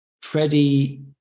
Freddie